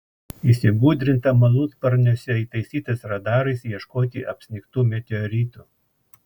įsigudrinta malūnsparniuose įtaisytais radarais ieškoti apsnigtų meteoritų